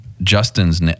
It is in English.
Justin's